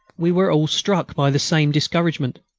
we were all struck by the same discouragement,